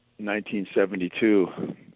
1972